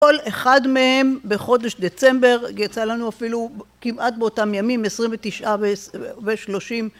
כל אחד מהם בחודש דצמבר, יצא לנו אפילו כמעט באותם ימים, 29 ו-30